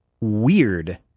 Weird